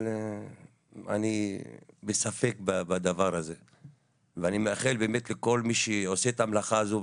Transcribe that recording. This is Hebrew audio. אבל אני בספק בדבר הזה ואני מאחל באמת לכל מי שעושה את המלאכה הזו,